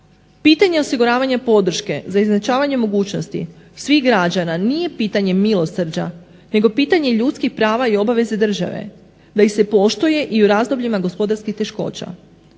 Pitanje osiguravanja podrške za izjednačavanje mogućnosti svih građana nije pitanje milosrđa nego pitanje ljudskih prava i obaveze države da ih se poštuje i u razdobljima gospodarskih teškoća.